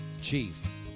chief